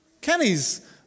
Kenny's